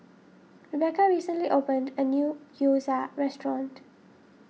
Rebecca recently opened a new Gyoza restaurant